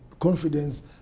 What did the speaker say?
confidence